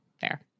Fair